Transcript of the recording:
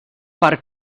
per